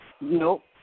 Nope